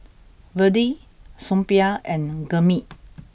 Vedre Suppiah and Gurmeet